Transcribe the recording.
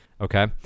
Okay